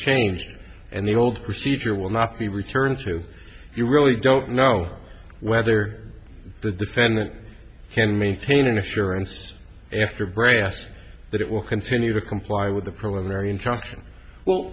changed and the old procedure will not be returned to you really don't know whether the defendant can maintain an assurance after brass that it will continue to comply with the preliminary injunction well